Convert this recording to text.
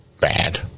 bad